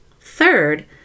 Third